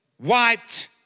Wiped